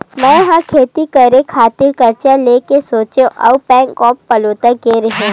मै ह खेती करे खातिर करजा लेय के सोचेंव अउ बेंक ऑफ बड़ौदा गेव रेहेव